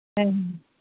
ᱦᱮᱸ